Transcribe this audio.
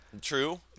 True